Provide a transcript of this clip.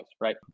right